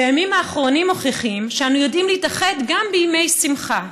והימים האחרונים מוכיחים שאנו יודעים להתאחד גם בימי שמחה.